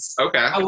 Okay